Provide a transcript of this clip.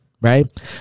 Right